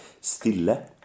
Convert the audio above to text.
Stille